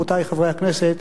רבותי חברי הכנסת.